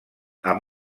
amb